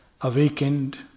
Awakened